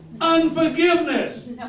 Unforgiveness